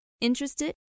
Interested